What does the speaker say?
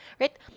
right